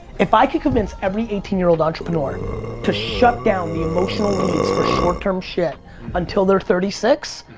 if i could convince every eighteen year old entrepreneur to shut down the emotional needs for short-term shit until they're thirty six,